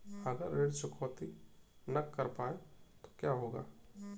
अगर ऋण चुकौती न कर पाए तो क्या होगा?